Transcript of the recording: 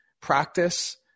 practice